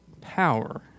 power